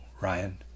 Ryan